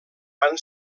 van